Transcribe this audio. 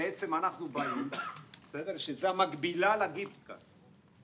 בעצם, שזו המקבילה לגיפט קארד.